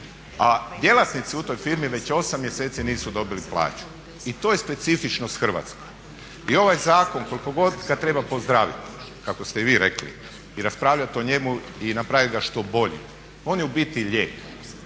a djelatnici u toj firmi već 8 mjeseci nisu dobili plaću. I to je specifičnost Hrvatske. I ovaj zakon koliko god ga treba pozdraviti, kako ste i vi rekli i raspravljati o njemu i napraviti ga što boljim on je u biti lijek.